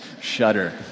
shudder